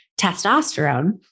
testosterone